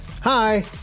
Hi